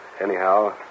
anyhow